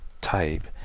type